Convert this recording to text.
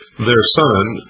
their son,